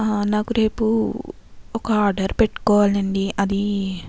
నాకు రేపు ఒక ఆర్డర్ పెట్టుకోవాలండి అది